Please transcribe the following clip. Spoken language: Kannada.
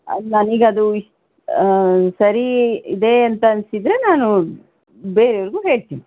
ಅದು ನನಗದು ಇಷ್ಟ ಸರಿ ಇದೆ ಅಂತ ಅನ್ನಿಸಿದ್ರೆ ನಾನು ಬೇರೆಯವ್ರಿಗೂ ಹೇಳ್ತೀನಿ